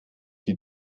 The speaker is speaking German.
die